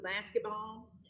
basketball